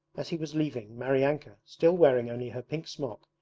as he was leaving, maryanka, still wearing only her pink smock,